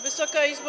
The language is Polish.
Wysoka Izbo!